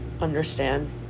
understand